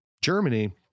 Germany